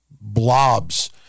blobs